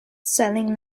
selling